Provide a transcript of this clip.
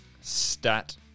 stat